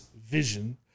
vision